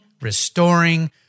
Restoring